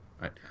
right